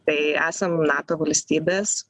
tai esam nato valstybės